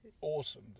awesome